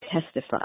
testify